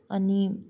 अनि